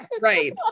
right